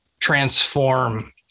transform